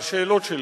השאלות שלי: